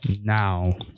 now